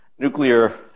nuclear